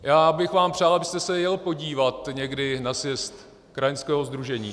Já bych vám přál, abyste se jel podívat někdy na sjezd krajanského sdružení.